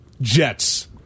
jets